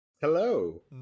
Hello